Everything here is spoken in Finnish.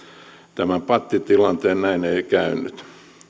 tämän pattitilanteen näin ei käynyt